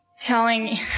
telling